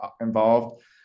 involved